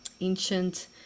ancient